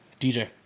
DJ